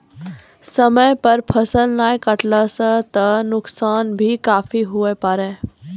समय पर फसल नाय कटला सॅ त नुकसान भी काफी हुए पारै